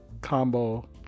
combo